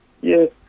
Yes